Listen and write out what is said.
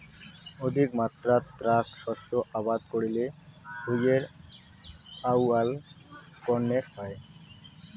অধিকমাত্রাত এ্যাক শস্য আবাদ করিলে ভূঁইয়ের আউয়াল কণেক হয়